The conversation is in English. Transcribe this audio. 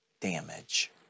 damage